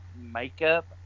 makeup